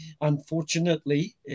unfortunately